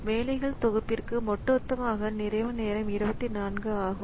வேலைகள் தொகுப்பிற்கு ஒட்டுமொத்த நிறைவு நேரம் 24 ஆகும்